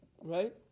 right